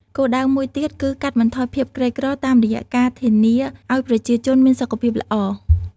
គោលដៅមួយទៀតគឺកាត់បន្ថយភាពក្រីក្រតាមរយៈការធានាឱ្យប្រជាជនមានសុខភាពល្អ។